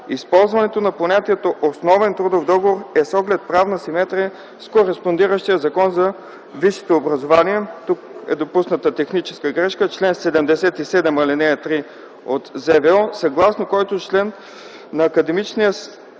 Използването на понятието „основен трудов договор” е с оглед правна симетрия с кореспондиращия Закон за висшето образование - тук е допусната техническа грешка - чл. 77, ал. 3 от ЗВО, съгласно който член на академичния състав